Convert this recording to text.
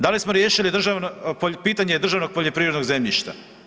Da li smo riješiti pitanje državnog poljoprivrednog zemljišta?